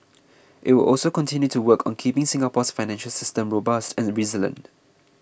it will also continue to work on keeping Singapore's financial system robust and resilient